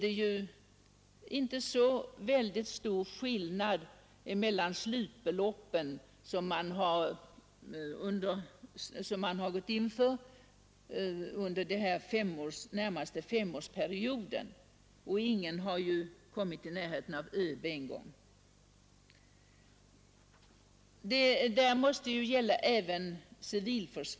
Det är inte så stor skillnad mellan de slutbelopp som man har gått in för beträffande den närmaste femårsperioden, och ingen har ju ens kommit i närheten av ÖB:s förslag. Detta gäller även civilförsvaret.